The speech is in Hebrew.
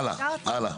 הלאה, הלאה.